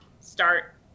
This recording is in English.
Start